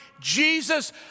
Jesus